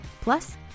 Plus